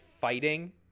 fighting